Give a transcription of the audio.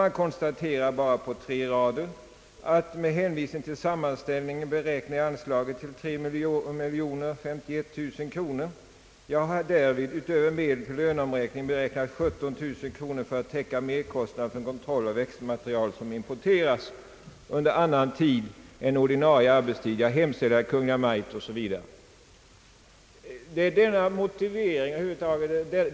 Det konstateras bara på några få rader följande: »Med hänvisning till sammanställningen beräknar jag anslaget till 3 051 000 kr. Jag har därvid, utöver medel till löneomräkningen, beräknat 17 000 kr. för att täcka merkostnaden för kontroll av växtmaterial som importeras under annan tid än ordinarie arbetstid.» Omedelbart därefter följer Kungl. Maj:ts hemställan.